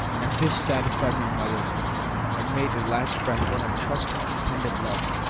and this satisfied my mother and made her last breath one of trust and contented love.